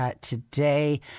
today